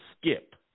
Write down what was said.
skip